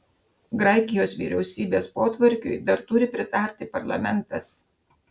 graikijos vyriausybės potvarkiui dar turi pritarti parlamentas